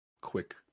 quick